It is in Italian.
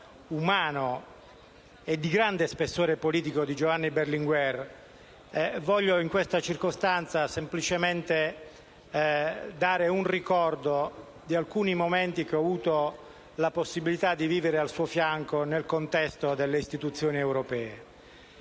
umano e di grande spessore politico di Giovanni Berlinguer, voglio in questa circostanza semplicemente ricordare alcuni momenti che ho avuto la possibilità di vivere al suo fianco, nel contesto delle istituzioni europee.